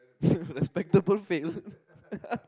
respectable fail